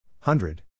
Hundred